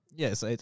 Yes